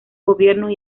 gobiernos